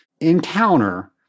encounter